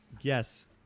Yes